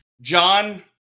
John